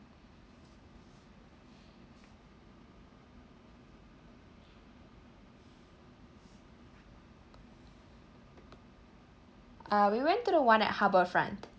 uh we went to the one at harbour front